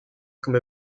comme